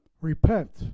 Repent